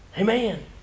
Amen